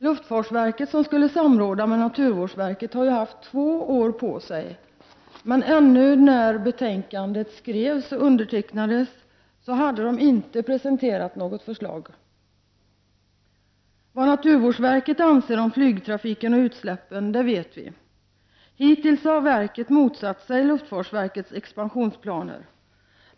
Luftfartsverket, som skulle samråda med naturvårdsverket, har haft två år på sig men hade när betänkandet undertecknades ännu inte presenterat något förslag. Vad naturvårdsverket anser om flygtrafiken och utsläppen det vet vi. Hittills har verket motsatt sig luftfartsverkets expansionsplaner.